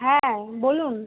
হ্যাঁ বলুন